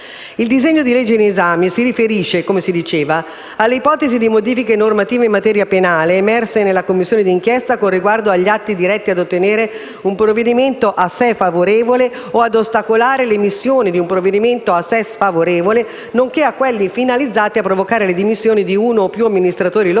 Il disegno di legge in esame si riferisce - come si diceva - alle ipotesi di modifiche normative in materia penale emerse nella Commissione di inchiesta, con riguardo agli atti diretti ad ottenere un provvedimento a sé favorevole o ad ostacolare l'emissione di un provvedimento a sé sfavorevole, nonché a quelli finalizzati a provocare le dimissioni di uno o più amministratori locali,